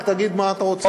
רק תגיד מה אתה רוצה.